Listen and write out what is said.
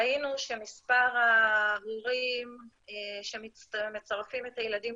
ראינו שמספר ההורים שמצטרפים את הילדים